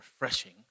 refreshing